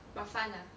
but fun ah